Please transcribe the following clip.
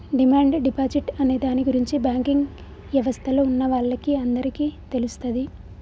demand deposit అనే దాని గురించి బ్యాంకింగ్ యవస్థలో ఉన్నవాళ్ళకి అందరికీ తెలుస్తది